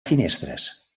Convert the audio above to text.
finestres